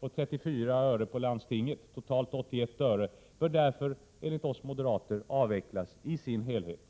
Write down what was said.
på 47 öre och för landstingskommunen på 34 öre, totalt 81 öre, bör därför enligt oss moderater avvecklas i sin helhet.